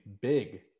big